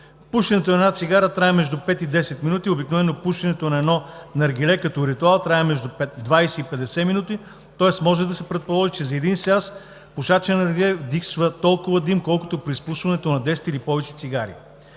Пушенето на една цигара трае между пет и десет минути. Обикновено пушенето на едно наргиле като ритуал трае между 20 и 50 минути, тоест може да се предположи, че за един сеанс пушачът на наргиле вдишва толкова дим, колкото при изпушването на 10 или повече цигари.